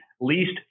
Least